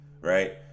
right